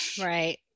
Right